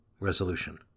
Resolution